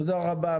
תודה רבה.